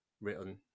written